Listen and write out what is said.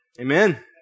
amen